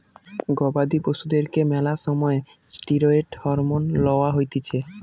গবাদি পশুদেরকে ম্যালা সময় ষ্টিরৈড হরমোন লওয়া হতিছে